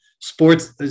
Sports